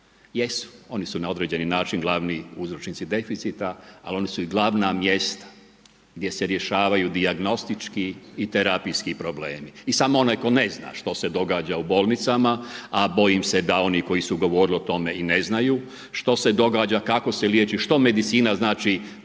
Jesu, oni su na određeni način glavni uzročnici deficita, ali oni su i glavna mjesta gdje se rješavaju dijagnostički i terapijski problemi. I samo onaj tko ne zna što se događa u bolnicama, a bojim se da oni koji su govorili o tome i ne znaju što se događa, kako se liječi, što medicina znači danas,